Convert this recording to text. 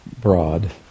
broad